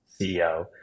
CEO